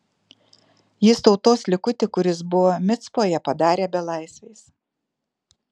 jis tautos likutį kuris buvo micpoje padarė belaisviais